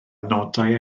nodau